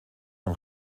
von